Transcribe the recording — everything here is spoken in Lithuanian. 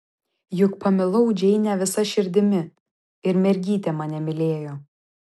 juk pamilau džeinę visa širdimi ir mergytė mane mylėjo